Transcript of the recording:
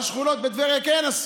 על שכונות בטבריה כן עשו.